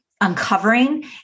uncovering